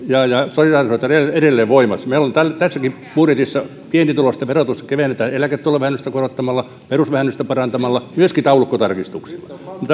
solidaarisuusvero edelleen voimassa meillä tässäkin budjetissa pienituloisten verotusta kevennetään eläketulovähennystä korottamalla perusvähennystä parantamalla myöskin taulukkotarkistuksilla